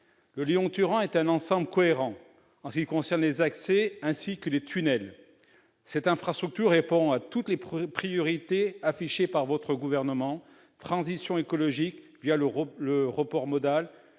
le Lyon-Turin constitue un ensemble cohérent, qu'il s'agisse des accès ou des tunnels. Cette infrastructure répond à toutes les priorités affichées par votre gouvernement : transition écologique le report modal,